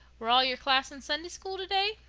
were all your class in sunday school today?